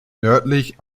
nördlich